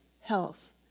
health